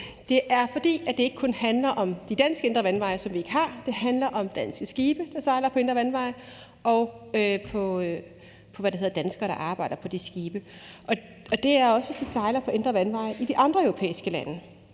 det er, fordi det ikke kun handler om de danske indre vandveje, som vi ikke har. Det handler også om danske skibe, der sejler på indre vandveje, og danskere, der arbejder på de skibe, og det er ofte, de sejler på indre vandveje i de andre europæiske lande.